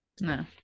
No